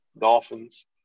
Dolphins